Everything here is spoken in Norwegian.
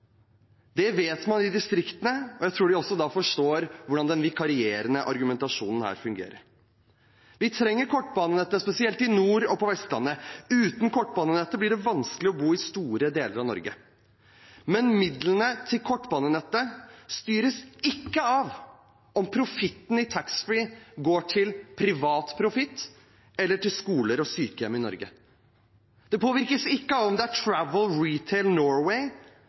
Det vet man i distriktene, og jeg tror de også da forstår hvordan den vikarierende argumentasjonen her fungerer. Vi trenger kortbanenettet, spesielt i nord og på Vestlandet. Uten kortbanenettet blir det vanskelig å bo i store deler av Norge. Men midlene til kortbanenettet styres ikke av om profitten fra taxfree-salget går til privat profitt eller til skoler og sykehjem i Norge. De påvirkes ikke av om det er Travel Retail Norway